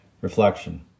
Reflection